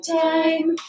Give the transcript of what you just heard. time